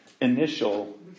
initial